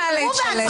על מה את מתפלאת?